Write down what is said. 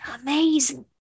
amazing